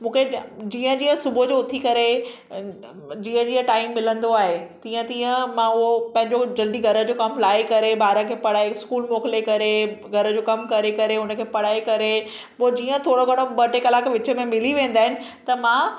मूंखे जीअं जीअं सुबुह जो उथी करे जीअं जीअं टाइम मिलंदो आहे तीअं तीअं मां उहो पंहिंजो जल्दी घर जो कमु लाइ करे ॿार खे पढ़ाए स्कूल मोकिले करे घर जो कमु करे करे उनखे पढ़ाए करे पोइ जीअं थोरो घणो ॿ टे कलाक विच में मिली वेंदा आहिनि त मां